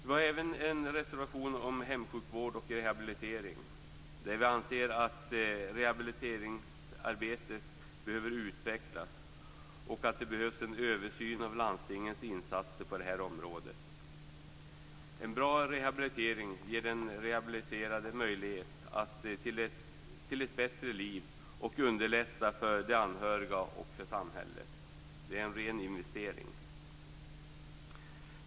Vi har även en reservation om hemsjukvård och rehabilitering, där vi anser att rehabiliteringsarbetet behöver utvecklas och att det behövs en översyn av landstingens insatser på det här området. En bra rehabilitering ger den rehabiliterade möjlighet till ett bättre liv och underlättar för de anhöriga och för samhället. Det är en ren investering.